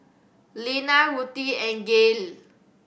Lenna Ruthie and Gael